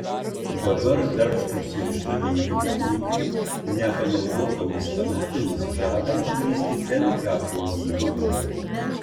dabar darbštūs ir išradingi ūkininkai nepanaudotomis kanapėmis žada išgrįsti keliuką uogyno link